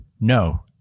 No